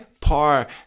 par